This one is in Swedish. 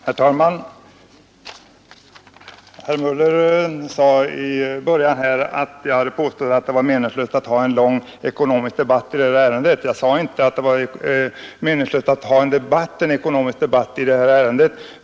Herr talman! Herr Möller sade i början av sitt anförande att jag hade påstått att det var meningslöst att ha en lång ekonomisk debatt i detta ärende.